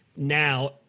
now